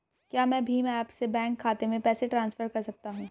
क्या मैं भीम ऐप से बैंक खाते में पैसे ट्रांसफर कर सकता हूँ?